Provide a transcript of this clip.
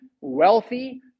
wealthy